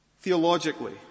Theologically